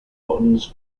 buttons